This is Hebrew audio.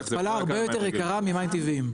ההתפלה הרבה יותר יקרה ממים טבעיים.